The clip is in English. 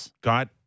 got